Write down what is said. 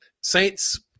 Saints